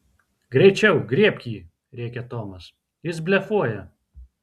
greičiau griebk jį rėkė tomas jis blefuoja